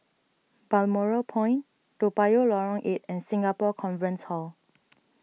Balmoral Point Toa Payoh Lorong eight and Singapore Conference Hall